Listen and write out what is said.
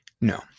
no